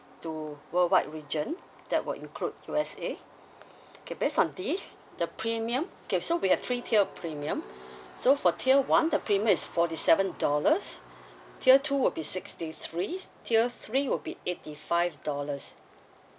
to worldwide region that will include U_S_A okay based on this the premium okay so we have three tier premium so for tier one the payment is forty seven dollars tier two will be sixty three tier three will be eighty five dollars